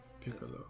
Piccolo